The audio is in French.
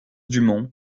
dumont